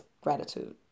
gratitude